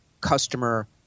customer